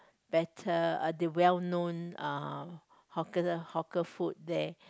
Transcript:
better uh the well known uh hawker hawker food there